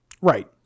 Right